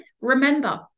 remember